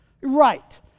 Right